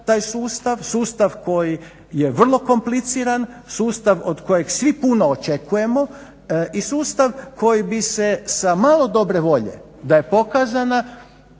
taj sustav, sustav koji vrlo kompliciran, sustav od kojeg svi puno očekujemo i sustav koji bi se sa malo dobre volje da je pokazana,